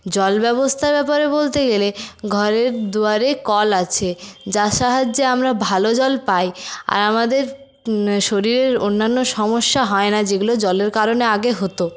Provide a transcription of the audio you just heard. জল ব্যবস্থার ব্যাপারে বলতে গেলে ঘরের দুয়ারে কল আছে যার সাহায্যে আমরা ভালো জল পাই আর আমাদের শরীরের অন্যান্য সমস্যা হয় না যেগুলো জলের কারণে আগে হত